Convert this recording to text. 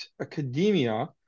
academia